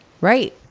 Right